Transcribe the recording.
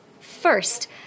First